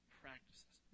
practices